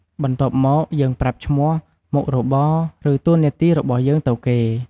បន្ទាប់មកយើងប្រាប់ឈ្មោះ មុខរបរ ឬតួនាទីរបស់យើងទៅគេ។